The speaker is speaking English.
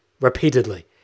repeatedly